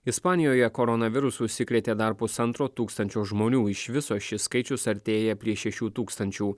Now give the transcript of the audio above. ispanijoje koronavirusu užsikrėtė dar pusantro tūkstančio žmonių iš viso šis skaičius artėja prie šešių tūkstančių